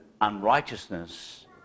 unrighteousness